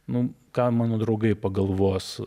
nu ką mano draugai pagalvos